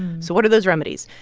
so what are those remedies?